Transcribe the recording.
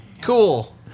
Cool